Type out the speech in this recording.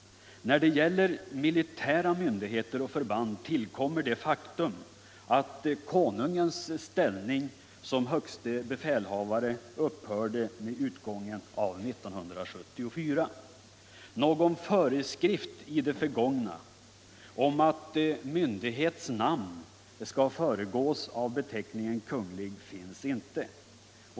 När det gäller militära myndigheter och förband tillkommer det faktum att konungens ställning som högste befälhavare upphörde med utgången av 1974. Någon föreskrift i det förgångna om att myndighets namn skall föregås av beteckningen Kunglig finns inte.